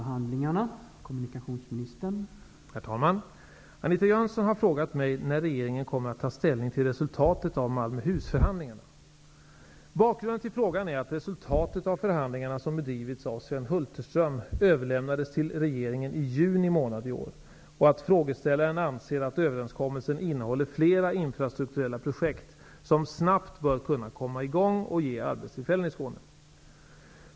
Herr talman! Anita Jönsson har frågat mig när regeringen kommer att ta ställning till resultatet av Malmöhusförhandlingarna. Bakgrunden till frågan är att resultatet av förhandlingarna, som bedrivits av Sven Hulterström, överlämnades till regeringen i juni månad i år, och att frågeställaren anser att överenskommelsen innehåller flera infrastrukturella projekt som snabbt bör kunna komma i gång och ge arbetstillfällen i Skåne.